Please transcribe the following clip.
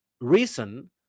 reason